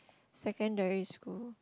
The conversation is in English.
secondary school